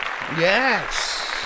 Yes